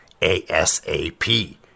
ASAP